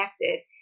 connected